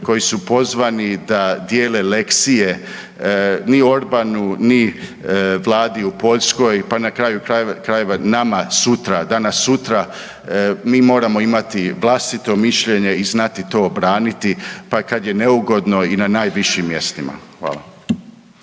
koji su pozvani da dijele lekcije ni Orbanu ni Vladi u Poljskoj, pa na kraju krajeva nama sutra, danas, sutra mi moramo imati vlastito mišljenje i znati to obraniti, pa kad je neugodno i na najvišim mjestima. Hvala.